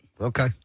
Okay